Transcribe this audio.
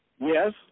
Yes